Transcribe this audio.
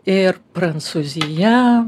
ir prancūzija